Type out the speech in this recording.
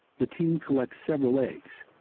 the team collects several eggs,